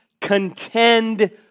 contend